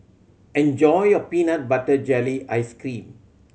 enjoy your peanut butter jelly ice cream